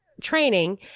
training